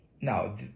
Now